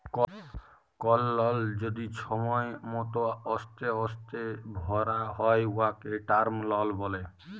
call লল যদি ছময় মত অস্তে অস্তে ভ্যরা হ্যয় উয়াকে টার্ম লল ব্যলে